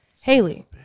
Haley